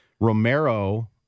Romero